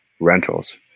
rentals